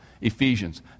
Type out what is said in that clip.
Ephesians